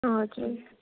हजुर